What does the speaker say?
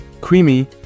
creamy